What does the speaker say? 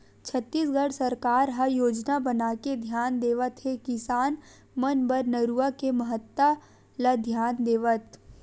छत्तीसगढ़ सरकार ह योजना बनाके धियान देवत हे किसान मन बर नरूवा के महत्ता ल धियान देवत